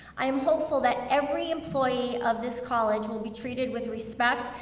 i am hopeful that every employee of this college will be treated with respect,